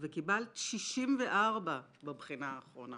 וקיבלת 64 בבחינה האחרונה,